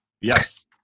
Yes